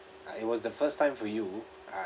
uh it was the first time for you uh